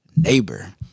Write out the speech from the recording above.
Neighbor